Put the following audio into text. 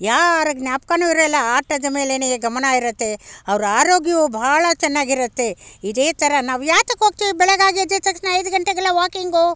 ಯಾರ ಜ್ಞಾಪ್ಕವೂ ಇರೋಲ್ಲ ಆಟದ ಮೇಲೇಯೇ ಗಮನ ಇರುತ್ತೆ ಅವ್ರ ಆರೋಗ್ಯವು ಭಾಳ ಚೆನ್ನಾಗಿರುತ್ತೆ ಇದೇ ಥರ ನಾವು ಯಾತಕ್ಕೋಗ್ತೀವಿ ಬೆಳಗಾಗಿ ಎದ್ದಿದ್ದ ತಕ್ಷಣ ಐದು ಗಂಟೆಗೆಲ್ಲ ವಾಕಿಂಗು